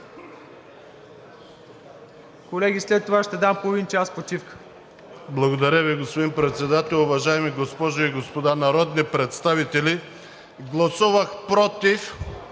а след това ще дам половин час почивка.